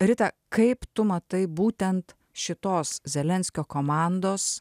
rita kaip tu matai būtent šitos zelenskio komandos